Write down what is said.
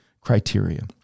criteria